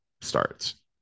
starts